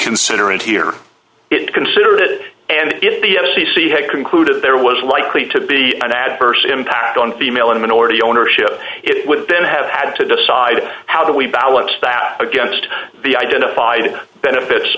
consider it here to consider and if the f c c had concluded there was likely to be an adverse impact on female and minority ownership it would then have had to decide how do we balance that against the identified benefits